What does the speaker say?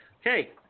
Okay